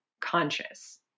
conscious